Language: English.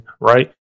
right